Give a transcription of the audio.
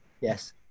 Yes